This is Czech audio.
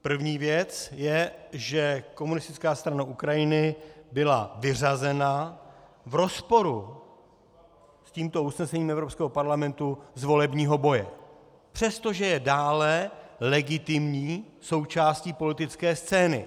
První věc je, že Komunistická strana Ukrajiny byla vyřazena v rozporu s tímto usnesením Evropského parlamentu z volebního boje, přestože je dále legitimní součástí politické scény.